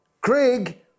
Craig